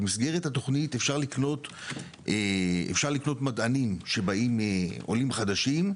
במסגרת התוכנית אפשר לקלוט מדענים שבאים עולים חדשים,